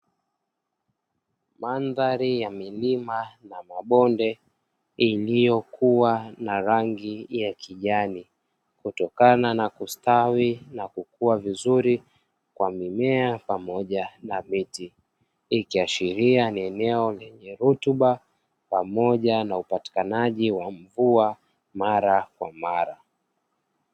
Mandhari ya milima na mabonde iliyokuwa na rangi ya kijani, kutokana na kustawi na kukua vizuri kwa mimea pamoja na miti; ikiashiria ni eneo lenye rutuba pamoja na upatikanaji wa mvua mara kwa mara.